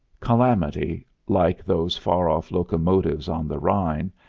calamity, like those far-off locomotives on the rhine,